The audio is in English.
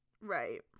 right